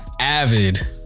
avid